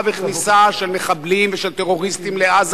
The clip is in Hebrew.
וכניסה של מחבלים ושל טרוריסטים לעזה,